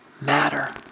matter